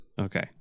Okay